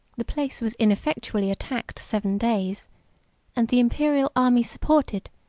the place was ineffectually attacked seven days and the imperial army supported,